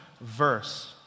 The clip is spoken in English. verse